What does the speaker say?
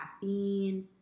caffeine